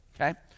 okay